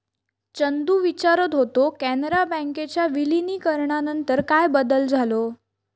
चंदू विचारत होतो, कॅनरा बँकेच्या विलीनीकरणानंतर काय बदल झालो?